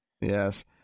yes